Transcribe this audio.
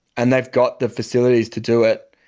and they've got the facilities to do it.